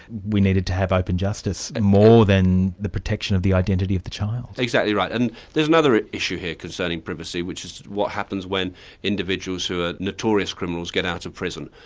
we needed to have open justice and more than the protection of the identity of the child? exactly right, and there's another issue here concerning privacy, which is what happens when individuals who are notorious criminals, get out of prison.